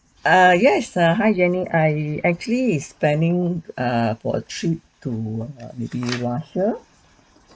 err yes uh hi janice I actually is planning err for a trip to maybe russia